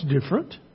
different